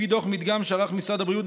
לפי דוח מדגם שערך משרד הבריאות,